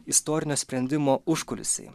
istorinio sprendimo užkulisiai